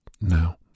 Now